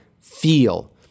feel